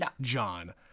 John